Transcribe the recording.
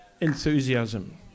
enthusiasm